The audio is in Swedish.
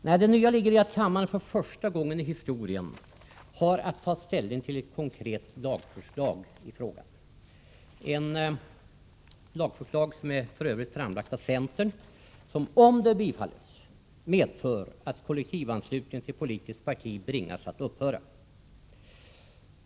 Nej, det nya ligger i att kammaren för första gången i historien har att ta ställning till ett konkret lagförslag i frågan — för övrigt framlagt av centern — som, om det bifalles, medför att kollektivanslutning till politiskt parti bringas att upphöra.